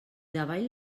davall